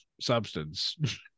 substance